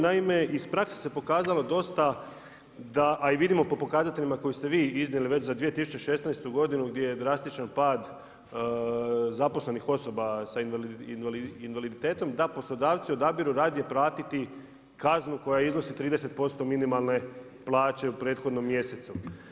Naime, iz prakse se pokazalo dosta, a i vidimo po pokazateljima koje ste vi iznijeli već za 2016.g gdje je drastičan pad zaposlenih osoba s invaliditetom, da poslodavci odabiru radije platiti kaznu koja iznosi 30% minimalne plaće u prethodnom mjesecu.